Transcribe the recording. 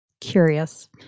Curious